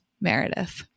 Meredith